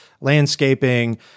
landscaping